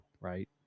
right